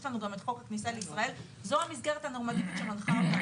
יש לנו גם את חוק הכניסה לישראל וזו המסגרת הנורמטיבית שמנחה אותנו.